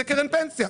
זה קרן פנסיה.